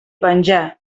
penjà